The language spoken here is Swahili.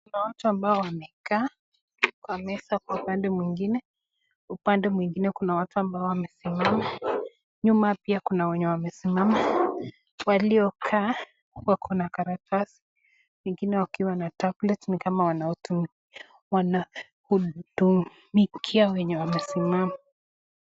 Kuna watu ambao wamekaa kwa meza upande mwingine, upande mwingine kuna watu ambao wamesimama, nyuma pia kuna wenye wamesimama. Waliokaa wako na karatasi, wengine wakiwa na table ni kama wanahudumikia wenye wamesimama.